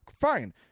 fine